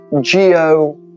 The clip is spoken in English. Geo